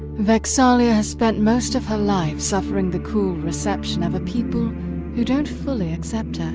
vex'ahlia has spent most of her life suffering the cool reception of a people who don't fully accept her.